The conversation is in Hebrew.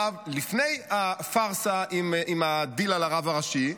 לפני הפארסה עם הדיל על הרב הראשי,